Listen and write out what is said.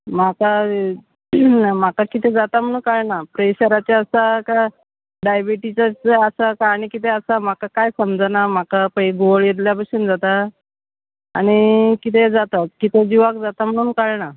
म्हाका म्हाका कितें जाता म्हणून कळना प्रेशराचें आसा काय डायबिटीजाचें आसा काय आनी कितें आसा म्हाका कांय समजना म्हाका पय गुंवळ येल्ल्या भशेन जाता आनी कितें जाता कितें जिवाक जाता म्हणून कळना